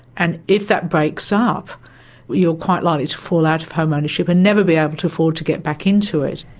and if that breaks ah up you're quite likely to fall out of home ownership and never be able to afford to get back into it.